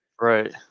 Right